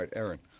but erin.